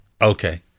Okay